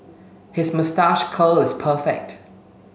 his moustache curl is perfect